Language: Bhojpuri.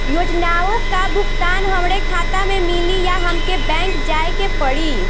योजनाओ का भुगतान हमरे खाता में मिली या हमके बैंक जाये के पड़ी?